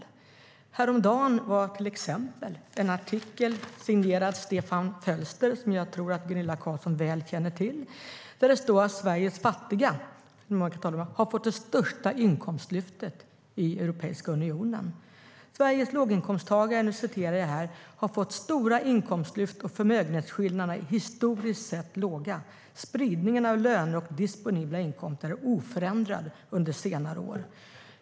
I till exempel en artikel publicerad i Svenska Dagbladet häromdagen signerad Stefan Fölster, som jag tror att Gunilla Carlsson väl känner till, står det att Sveriges fattiga - om man kan tala om det - har fått det största inkomstlyftet i Europeiska unionen. "Sveriges låginkomsttagare har fått stora inkomstlyft och förmögenhetsskillnaderna är historiskt sett låga. Spridningen av löner och disponibla inkomster är oförändrad under senare år."